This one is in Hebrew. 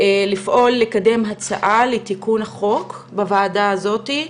לפעול ולקדם הצעה לתיקון החוק בוועדה הזאת,